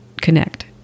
connect